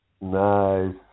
nice